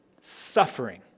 suffering